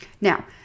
Now